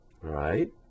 Right